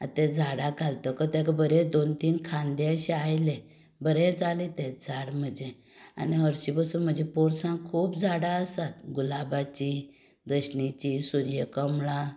आतां तें झाडाक घालतकच ताका बरे दोन तीन खांदे आयले बरें जालें तें झाड म्हजें आनी हरशीं पसून म्हज्या पोरसांत खूब झाडां आसात गुलाबाची दशणीची सुर्यकमळां